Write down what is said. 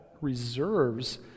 reserves